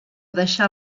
deixar